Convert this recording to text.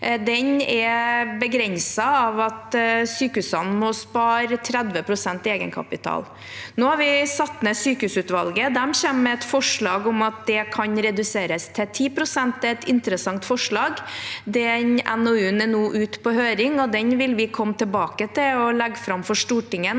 – påvirkes av at sykehusene må spare 30 pst. i egenkapital. Nå har vi satt ned sykehusutvalget, og de kommer med et forslag om at det kan reduseres til 10 pst. Det er et interessant forslag. Den NOU-en er nå ute på høring, og den vil vi komme tilbake til og legge fram for Stortinget